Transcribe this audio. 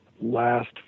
last